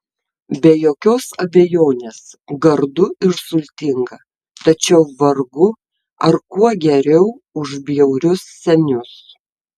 be jokios abejonės gardu ir sultinga tačiau vargu ar kuo geriau už bjaurius senius